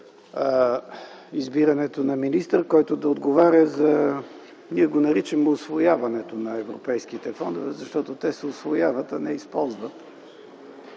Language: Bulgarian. избирането на министър, който да отговаря – ние го наричаме „усвояване” на европейските фондове, защото те се усвояват, а не се използват